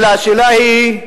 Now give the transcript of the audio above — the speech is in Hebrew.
אלא שהשאלה היא,